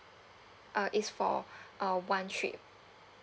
uh it's for uh one trip